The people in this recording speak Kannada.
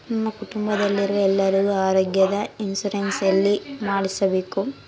ನನ್ನ ಕುಟುಂಬದಲ್ಲಿರುವ ಎಲ್ಲರಿಗೂ ಆರೋಗ್ಯದ ಇನ್ಶೂರೆನ್ಸ್ ಎಲ್ಲಿ ಮಾಡಿಸಬೇಕು?